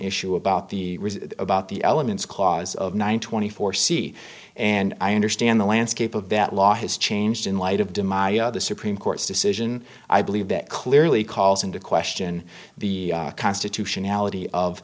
issue about the about the elements clause of nine twenty four c and i understand the landscape of that law has changed in light of demaio of the supreme court's decision i believe that clearly calls into question the constitutionality of